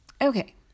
Okay